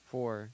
Four